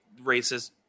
racist